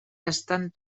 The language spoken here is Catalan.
estan